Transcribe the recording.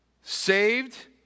saved